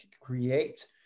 create